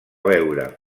beure